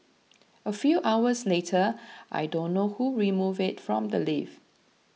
a few hours later I don't know who removed it from the lift